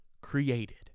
created